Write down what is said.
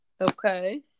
Okay